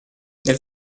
nel